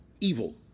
Evil